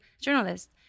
journalist